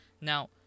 Now